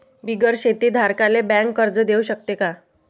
बिगर शेती धारकाले बँक कर्ज देऊ शकते का?